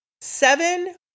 seven